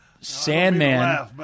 Sandman